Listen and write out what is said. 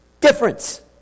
difference